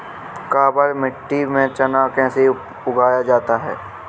काबर मिट्टी में चना कैसे उगाया जाता है?